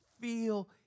feel